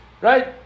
Right